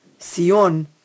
Sion